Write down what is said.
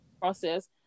process